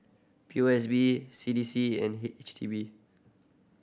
P O S B C D C and H D B